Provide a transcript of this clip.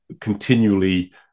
continually